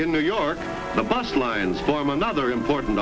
in new york the bus lines form another important